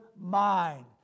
mind